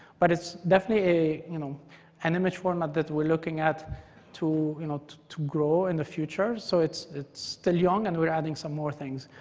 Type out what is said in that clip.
but it's definitely an you know and image format that we're looking at to you know to grow in the future, so it's it's still young and we're adding some more things.